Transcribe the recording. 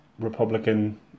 Republican